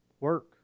work